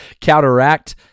counteract